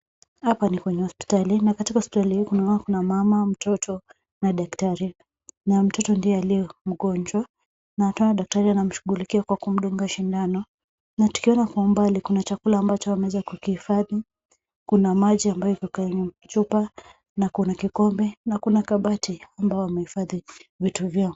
Hapa ni kwenye hospitali, na katika hospitali hii kuna mama, mtoto na daktari. Na mtoto ndiye aliye mgonjwa. Daktari anamshugulikia kwa kumudunga shindano. Na tukiona kwa umbali kuna chakula ambacho wameweza kukihifadhi, kuna maji ambayo iko kwenye chupa, na kuna kikombe, na kuna kabati ambao wamehifadhi vitu vyao.